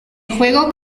juego